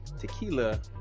tequila